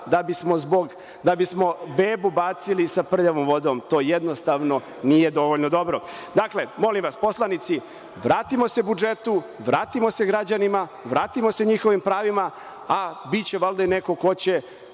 da bismo bebu bacili sa prljavom vodom. To jednostavno nije dovoljno dobro. Dakle, molim vas, poslanici vratimo se budžetu, vratimo se građanima, vratimo se njihovim pravima, a biće valjda i neko ko će